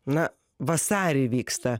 na vasarį vyksta